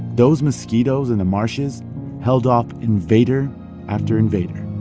those mosquitoes in the marshes held off invader after invader